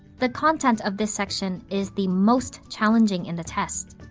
the content of this section is the most challenging in the test.